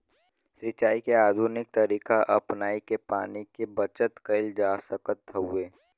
सिंचाई के आधुनिक तरीका अपनाई के पानी के बचत कईल जा सकत हवे